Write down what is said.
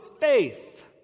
faith